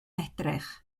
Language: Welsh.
edrych